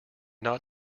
not